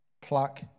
pluck